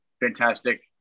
fantastic